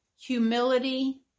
humility